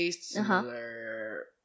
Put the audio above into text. similar